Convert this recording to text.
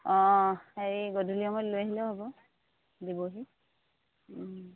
অঁ হেৰি গধূলি সময়ত লৈ আহিলেও হ'ব দিবহি